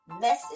message